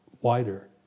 wider